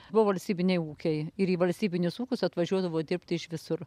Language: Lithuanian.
buvo valstybiniai ūkiai ir į valstybinius ūkius atvažiuodavo dirbti iš visur